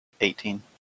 eighteen